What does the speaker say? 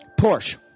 Porsche